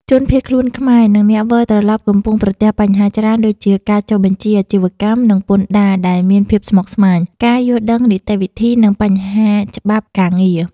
ជនភៀសខ្លួនខ្មែរ និងអ្នកវិលត្រឡប់កំពុងប្រទះបញ្ហាច្រើនដូចជា ការចុះបញ្ជីអាជីវកម្ម និងពន្ធដារដែលមានភាពស្មុគស្មាញ ការយល់ដឹងនីតិវិធី និងបញ្ហាច្បាប់ការងារ។